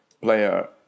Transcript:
player